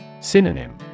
Synonym